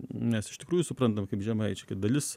mes iš tikrųjų suprantam kaip žemaičiai kad dalis